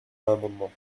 l’amendement